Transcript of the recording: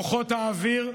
כוחות האוויר,